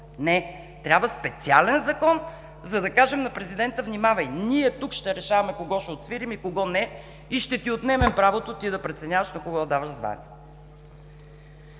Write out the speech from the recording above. Не – трябва специален закон, за да кажем на президента: „Внимавай! Ние тук ще решаваме кого ще отсвирим и кого не, и ще ти отнемем правото ти да преценяваш на кого да даваш звания!“.